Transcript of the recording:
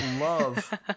love